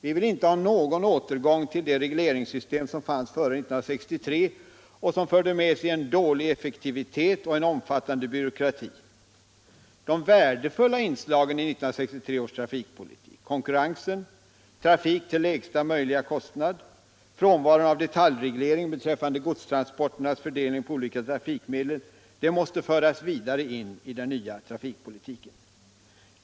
Vi vill inte ha någon återgång till det regleringssystem som fanns före 1963 och som förde med sig dålig effektivitet och omfattande byråkrati. De värdefulla inslagen i 1963 års trafikpolitik — konkurrensen, trafik till lägsta möjliga kostnad, frånvaro av detaljreglering beträffande godstransporternas fördelning på olika trafikmedel — måste föras vidare in i den nya trafikpolitiken.